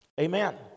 Amen